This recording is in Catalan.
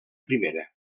primera